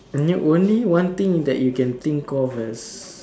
only only one thing that you can think of as